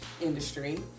industry